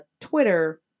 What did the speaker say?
Twitter